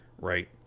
right